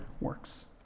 works